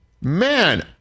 Man